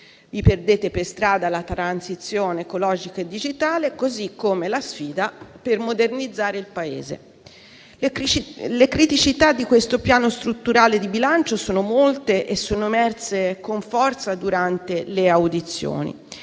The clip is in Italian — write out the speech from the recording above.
Vi perdete per strada la transizione ecologica e digitale, così come la sfida per modernizzare il Paese. Le criticità di questo Piano strutturale di bilancio sono molte e sono emerse con forza durante le audizioni,